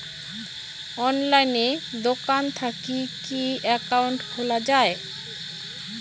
অনলাইনে দোকান থাকি কি একাউন্ট খুলা যায়?